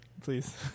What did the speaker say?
Please